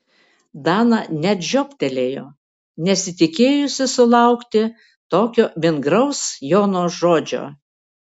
dana net žiobtelėjo nesitikėjusi sulaukti tokio vingraus jono žodžio